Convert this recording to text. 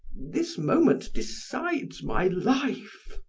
this moment decides my life.